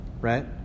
right